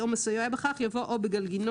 אחרי "או מסייע בכך" יבוא "אובגלגינוע".